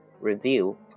review